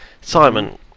Simon